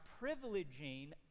privileging